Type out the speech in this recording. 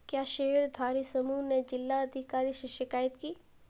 क्या शेयरधारी समूह ने जिला अधिकारी से शिकायत की?